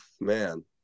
Man